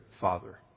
father